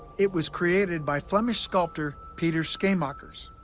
it was created by flemish sculptor peter scheemakers.